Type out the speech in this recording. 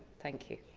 thank you.